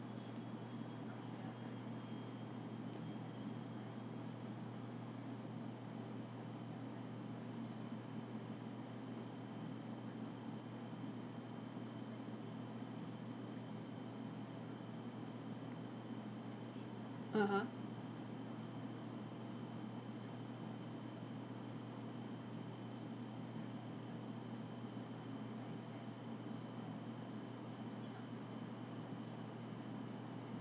(uh huh)